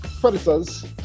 Predators